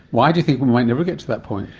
why do you think we might never get to that point?